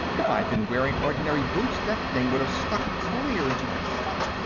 if i'd been wearing ordinary boots, that thing would have stuck clear into my foot!